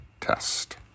Test